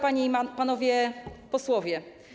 Panie i Panowie Posłowie!